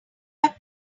have